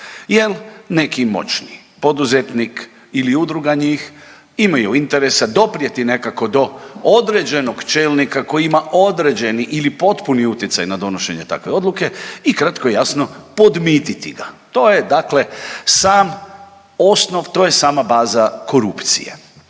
Jel neki moćni poduzetnik ili udruga njih imaju interesa doprijeti nekako do određenog čelnika koji ima određeni ili potpuni utjecaj na donošenje takve odluke i kratko i jasno, podmititi ga. To je dakle sam osnov, to je sam baza korupcije.